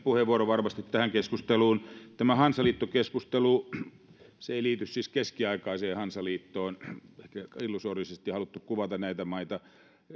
puheenvuoro varmasti tähän keskusteluun tämä hansaliittokeskustelu ei siis liity keskiaikaiseen hansaliittoon ehkä illusorisesti on haluttu kuvata näitä maita